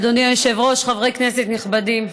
אדוני היושב-ראש, חברי כנסת נכבדים,